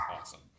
Awesome